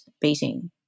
beating